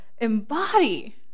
embody